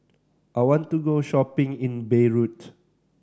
I want to go shopping in Beirut